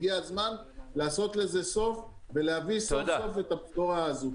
הגיע הזמן לעשות לזה סוף ולהביא סוף-סוף את הבשורה הזאת.